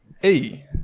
hey